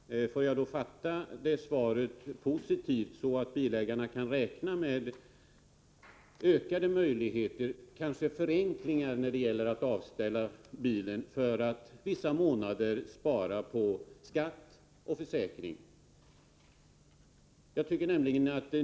Fru talman! Får jag då uppfatta det svaret positivt, så att bilägarna kan räkna med ökade möjligheter och kanske förenklingar när det gäller att avställa bilen för att vissa månader spara på skatt och försäkring?